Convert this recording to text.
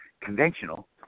conventional